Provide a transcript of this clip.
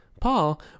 paul